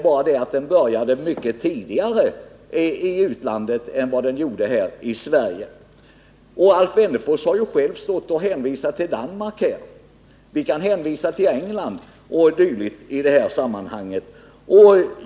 Jo, men den började mycket tidigare i utlandet än här i Sverige. Alf Wennerfors har själv hänvisat till Danmark. Jag kan hänvisa till England i detta sammanhang.